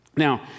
Now